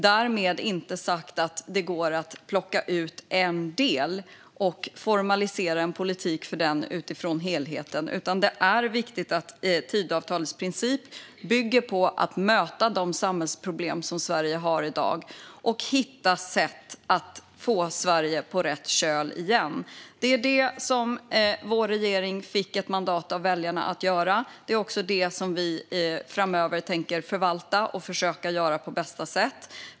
Det går inte att plocka ut en del och formalisera en politik för den utifrån helheten, utan Tidöavtalet bygger på att möta de samhällsproblem som Sverige har i dag och hitta sätt att få Sverige på rätt köl igen. Det är det som vår regering fick ett mandat av väljarna att göra. Det är också det som vi framöver tänker förvalta och försöka göra på bästa sätt.